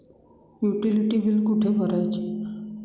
Utility बिले कुठे भरायची?